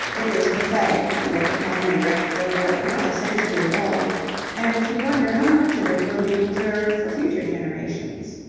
it is pathetic to look upon the wreck of work not a century old and to wonder how much of it will be preserved for future generations.